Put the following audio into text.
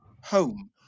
home